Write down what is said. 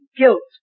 guilt